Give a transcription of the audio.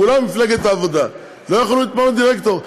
כולם ממפלגת העבודה, לא יוכלו להתמנות לדירקטור?